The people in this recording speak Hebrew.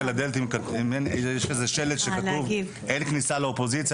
לראות אם יש שלט שכתוב: "אין כניסה לאופוזיציה".